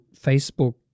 facebook